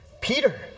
Peter